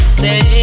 say